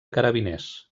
carabiners